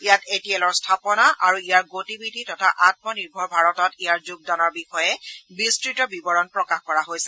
ইয়াত A T এলৰ স্থাপনা আৰু ইয়াৰ গতিবিধি তথা আমনিৰ্ভৰ ভাৰতত ইয়াৰ যোগদানৰ বিষয়ে বিস্তত বিৱৰণ প্ৰকাশ কৰা হৈছে